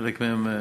חלק מהם,